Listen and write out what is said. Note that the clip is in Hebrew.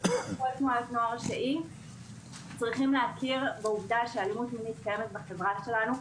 העובד --- צריכים להכיר בעובדה שאלימות מינית קיימת בחברה שלנו.